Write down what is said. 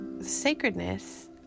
sacredness